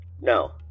No